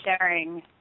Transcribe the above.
sharing